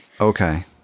Okay